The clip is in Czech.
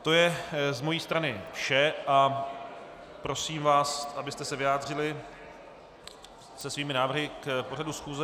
To je z mé strany vše a prosím vás, abyste se vyjádřili se svými návrhy k pořadu schůze.